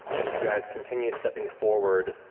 as you guys continue stepping forward,